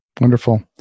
Wonderful